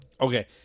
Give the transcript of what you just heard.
Okay